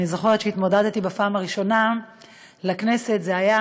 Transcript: אני זוכרת שכשהתמודדתי בפעם הראשונה לכנסת זה היה